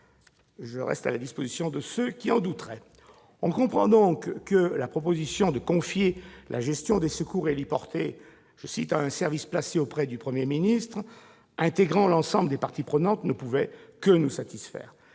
Je reste à la disposition de ceux qui en douteraient. On comprend donc que la proposition de confier la gestion des secours héliportés à un « service placé auprès du Premier ministre » intégrant l'ensemble des parties prenantes ne pouvait que nous satisfaire.